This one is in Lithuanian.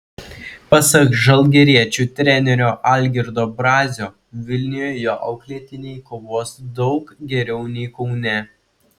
pasak žalgiriečių trenerio algirdo brazio vilniuje jo auklėtiniai kovos daug geriau nei kaune